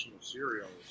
cereals